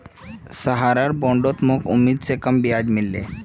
सहारार बॉन्डत मोक उम्मीद स कम ब्याज मिल ले